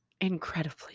incredibly